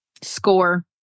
Score